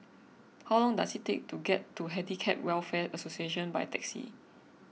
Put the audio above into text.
how long does it take to get to Handicap Welfare Association by taxi